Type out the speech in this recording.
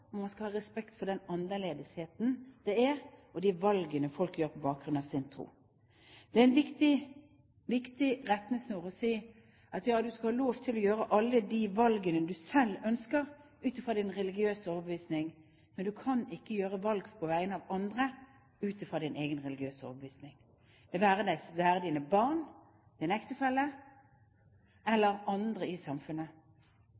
man skal ha respekt for annerledesheten og de valgene folk gjør på bakgrunn av sin tro. Det er en viktig rettesnor å si at ja, du skal ha lov til å gjøre alle de valgene du selv ønsker ut ifra din religiøse overbevisning, men du kan ikke gjøre valg på vegne av andre ut ifra din egen religiøse overbevisning, det være seg dine barn, din ektefelle